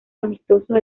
amistosos